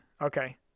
Okay